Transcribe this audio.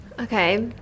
Okay